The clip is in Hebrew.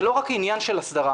זה לא רק עניין של הסדרה.